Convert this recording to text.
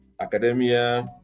academia